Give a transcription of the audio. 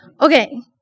Okay